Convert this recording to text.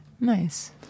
Nice